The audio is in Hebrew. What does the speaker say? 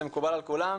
זה מקובל על כולם.